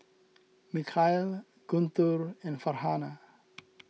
Mikhail Guntur and Farhanah